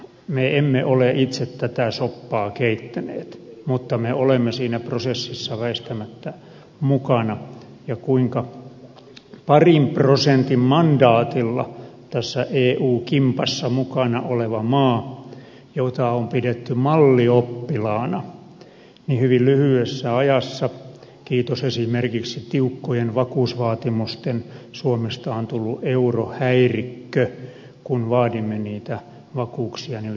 me emme ole itse tätä soppaa keittäneet mutta me olemme siinä prosessissa väistämättä mukana ja parin prosentin mandaatilla tässä eu kimpassa mukana olevasta suomesta jota on pidetty mallioppilaana hyvin lyhyessä ajassa kiitos esimerkiksi tiukkojen vakuusvaatimusten on tullut eurohäirikkö kun vaadimme niitä vakuuksia niille sitoumuksille mitä on annettu